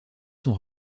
son